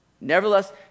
Nevertheless